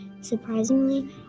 Surprisingly